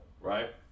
Right